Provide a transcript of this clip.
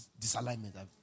disalignment